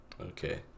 Okay